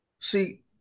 See